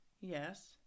Yes